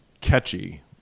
catchy